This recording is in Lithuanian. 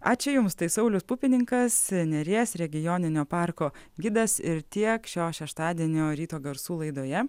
ačiū jums tai saulius pupininkas neries regioninio parko gidas ir tiek šio šeštadienio ryto garsų laidoje